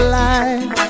life